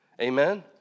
Amen